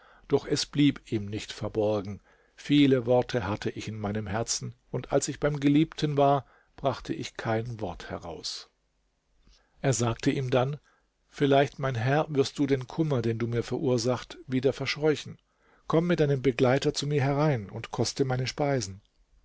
doch es blieb ihm nicht verborgen viele worte hatte ich in meinem herzen und als ich beim geliebten war brachte ich kein wort heraus er sagte ihm dann vielleicht mein herr wirst du den kummer den du mir verursacht wieder verscheuchen komm mit deinem begleiter zu mir herein und koste meine speisen